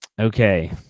Okay